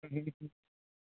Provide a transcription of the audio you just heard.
ᱦᱩᱸ ᱦᱩᱸ ᱦᱩᱸ